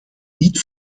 niet